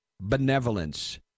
benevolence